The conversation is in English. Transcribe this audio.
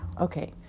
okay